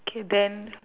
okay then